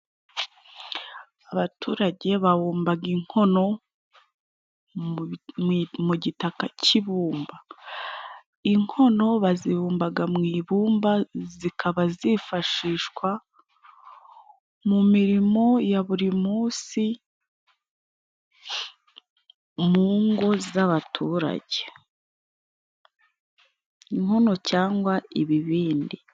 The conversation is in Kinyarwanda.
Abaturage babumbaga inkono mu gitaka cy'ibumba. Inkono bazibumbaga mu ibumba, zikaba zifashishwa mu mirimo ya buri munsi mu ngo z'abaturage. Inkono cyangwa ibibindi.